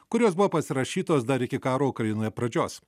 kurios buvo pasirašytos dar iki karo ukrainoje pradžios